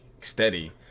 steady